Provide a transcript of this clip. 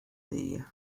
the